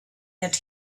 that